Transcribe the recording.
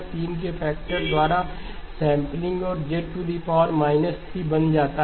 तीन के फैक्टर द्वारा सेंपलिंग और यह Z 3 बन जाता है